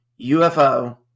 UFO